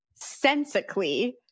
sensically